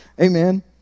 Amen